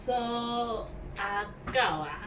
so ah gao ah